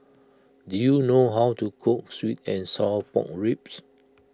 do you know how to cook Sweet and Sour Pork Ribs